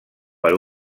per